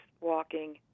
walking